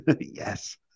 Yes